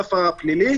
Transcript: סף הפלילי.